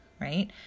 right